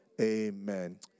Amen